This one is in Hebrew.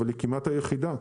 אבל היא כמעט היחידה.